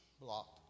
blocked